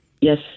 Yes